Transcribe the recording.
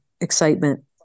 excitement